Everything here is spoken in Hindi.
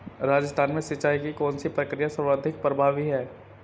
राजस्थान में सिंचाई की कौनसी प्रक्रिया सर्वाधिक प्रभावी है?